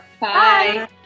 Bye